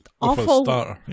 awful